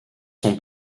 son